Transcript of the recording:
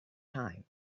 time